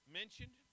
mentioned